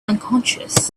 unconscious